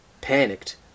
panicked